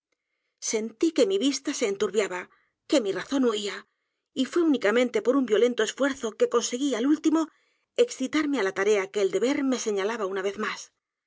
sentí que mi vista se enturbiaba que mi razón huía y fué únicamente por un violento esfuerzo que conseguí al último excitarme á la tarea que el deber me señalaba una vez m